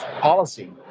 policy